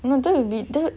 but then it will be then